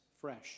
fresh